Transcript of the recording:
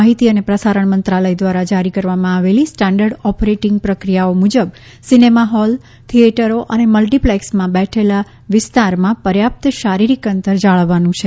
માહિતી અને પ્રસારણ મંત્રાલય દ્વારા જારી કરવામાં આવેલી સ્ટાન્ડર્ડ ઑપરેટિંગ પ્રક્રિયાઓ મુજબ સિનેમા હૉલ થિયેટરો અને મલ્ટીપ્લેક્સમાં બેઠેલા વિસ્તારમાં પર્યાપ્ત શારીરિક અંતર જાળવવાનું છે